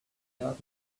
just